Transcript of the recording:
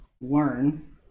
learn